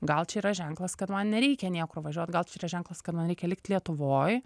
gal čia yra ženklas kad man nereikia niekur važiuot gal čia yra ženklas kad man reikia likt lietuvoj